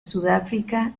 sudáfrica